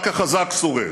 רק החזק שורד,